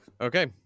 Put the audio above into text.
Okay